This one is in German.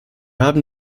haben